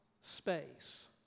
space